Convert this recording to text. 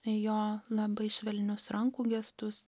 jo labai švelnius rankų gestus